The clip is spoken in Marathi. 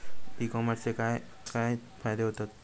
ई कॉमर्सचे काय काय फायदे होतत?